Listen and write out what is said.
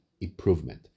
improvement